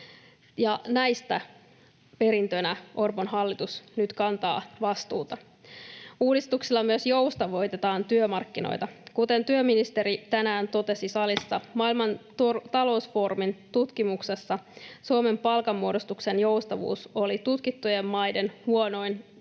näistä perintönä Orpon hallitus nyt kantaa vastuuta. Uudistuksella myös joustavoitetaan työmarkkinoita. Kuten työministeri tänään totesi salissa, Maailman talousfoorumin tutkimuksessa Suomen palkanmuodostuksen joustavuus oli tutkittujen maiden huonoin